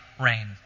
rain